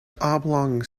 oblong